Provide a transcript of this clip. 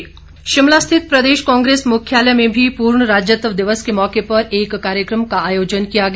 कांग्रेस जयंती शिमला स्थित प्रदेश कांग्रेस मुख्यालय में भी पूर्ण राज्यत्व दिवस के मौके पर एक कार्यक्रम का आयोजन किया गया